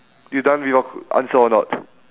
you done with your answer or not